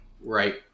Right